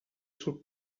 sul